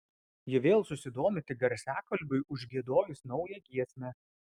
ji vėl susidomi tik garsiakalbiui užgiedojus naują giesmę